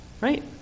right